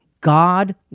God